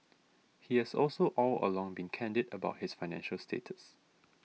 he has also all along been candid about his financial status